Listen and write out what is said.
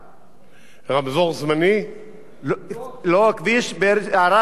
לא, הכביש בין ערד לצומת שוקת, לוח זמנים לביצוע.